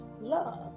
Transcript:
love